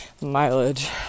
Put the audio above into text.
mileage